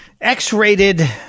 X-rated